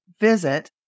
visit